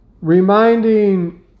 reminding